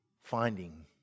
finding